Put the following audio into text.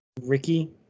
Ricky